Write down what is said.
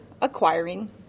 acquiring